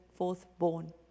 fourthborn